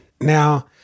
Now